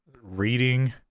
reading